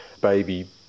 baby